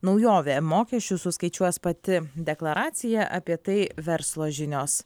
naujovė mokesčius suskaičiuos pati deklaracija apie tai verslo žinios